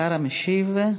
השר המשיב,